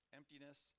emptiness